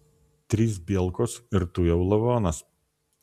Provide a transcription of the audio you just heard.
trys bielkos ir tu jau lavonas